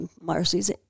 Marcy's